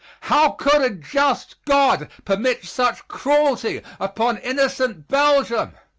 how could a just god permit such cruelty upon innocent belgium?